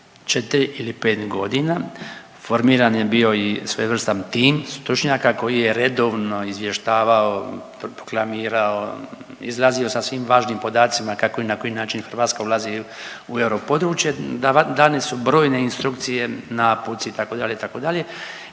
4 ili 5.g., formiran je bio i svojevrstan tim stručnjaka koji je redovno izvještavao i proklamirao, izlazio sa svim važnim podacima kako i na koji način Hrvatska ulazi u europodručje, dane su brojne instrukcije, napuci, itd., itd.